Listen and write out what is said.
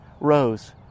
rose